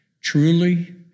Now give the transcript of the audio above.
Truly